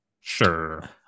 Sure